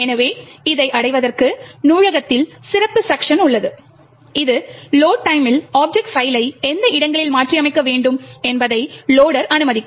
எனவே இதை அடைவதற்கு நூலகத்தில் சிறப்புப் செக்க்ஷன் உள்ளது இது லோட் டைம் மில் ஆப்ஜெக்ட் பைல்லை எந்த இடங்களில் மாற்றியமைக்க வேண்டும் என்பதை லொடர் அனுமதிக்கும்